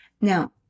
Now